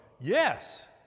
yes